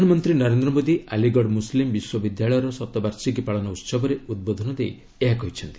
ପ୍ରଧାନମନ୍ତ୍ରୀ ନରେନ୍ଦ୍ର ମୋଦି ଆଲିଗଡ ମୁସ୍ଲିମ୍ ବିଶ୍ୱବିଦ୍ୟାଳୟର ଶତବାର୍ଷିକୀ ପାଳନ ଉହବରେ ଉଦ୍ବୋଧନ ଦେଇ ଏହା କହିଛନ୍ତି